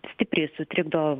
stipriai sutrikdo